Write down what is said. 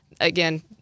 again